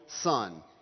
son